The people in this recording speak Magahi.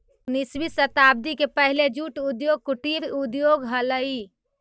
उन्नीसवीं शताब्दी के पहले जूट उद्योग कुटीर उद्योग हलइ